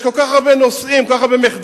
יש כל כך הרבה נושאים, כל כך הרבה מחדלים